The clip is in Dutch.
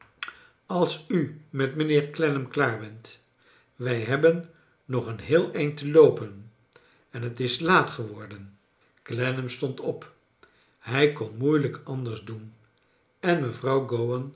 als u met mijnheer clennam klaar bent wij hebben nog een heel eind te loopen en het is laat geworden clennam stond op hij kon moeilijk anders doen en mevrouw